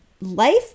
life